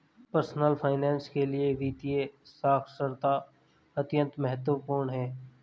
personal finance के लिए वित्तीय साक्षरता अत्यंत महत्वपूर्ण है